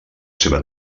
seva